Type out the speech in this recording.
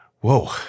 Whoa